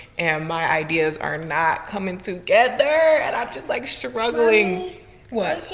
and my ideas are not coming together and i'm just like struggling what?